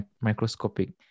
microscopic